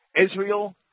Israel